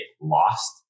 lost